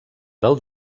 del